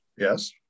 Yes